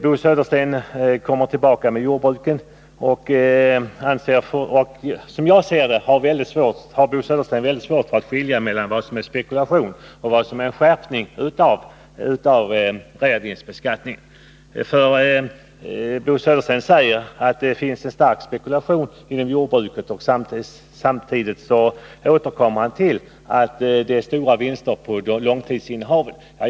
Bo Södersten kommer tillbaka till jordbruket. Som jag ser det har Bo Södersten väldigt svårt att skilja mellan spekulation och en skärpning av realisationsvinstbeskattningen. Bo Södersten säger att det finns en omfattande spekulation inom jordbruket. Samtidigt återkommer han till att det är stora vinster på långtidsinnehaven.